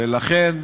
ולכן,